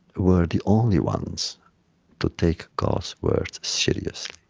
were the only ones to take god's words seriously,